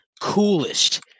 coolest